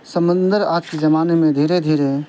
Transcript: سمندر آج کے زمانے میں دھیرے دھیرے